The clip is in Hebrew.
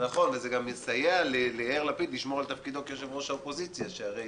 גם יסייע ליאיר לפיד לשמור על תפקידו כיושב-ראש האופוזיציה שהרי